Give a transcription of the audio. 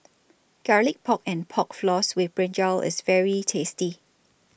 Garlic Pork and Pork Floss with Brinjal IS very tasty